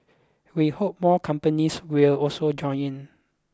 we hope more companies will also join in